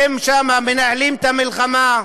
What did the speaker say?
הם שם מנהלים את המלחמה,